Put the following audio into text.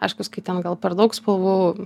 aiškus kai ten gal per daug spalvų